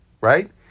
right